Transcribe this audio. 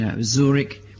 Zurich